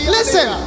Listen